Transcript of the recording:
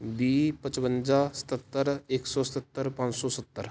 ਵੀਹ ਪਚਵੰਜਾ ਸਤੱਤਰ ਇੱਕ ਸੌ ਸਤੱਤਰ ਪੰਜ ਸੌ ਸੱਤਰ